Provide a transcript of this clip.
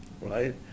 right